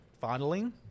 fondling